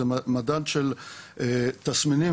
מדד של תסמינים,